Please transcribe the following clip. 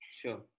sure